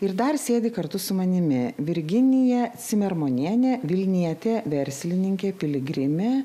ir dar sėdi kartu su manimi virginija cimermanienė vilnietė verslininkė piligrimė